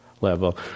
level